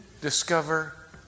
discover